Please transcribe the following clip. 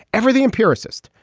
ever the empiricist,